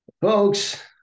Folks